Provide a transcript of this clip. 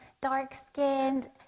dark-skinned